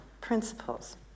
principles